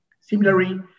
Similarly